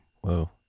Whoa